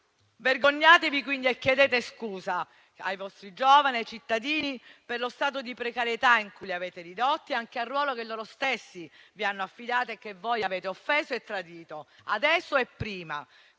Vergognatevi quindi e chiedete scusa ai vostri giovani e ai cittadini per lo stato di precarietà in cui li avete ridotti, anche per il ruolo che loro stessi vi hanno affidato e che voi avete offeso e tradito adesso e